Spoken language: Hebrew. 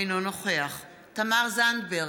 אינו נוכח תמר זנדברג,